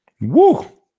Woo